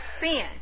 sin